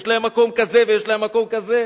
יש להם מקום כזה ויש להם מקום כזה.